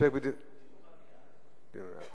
דיון במליאה.